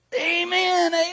Amen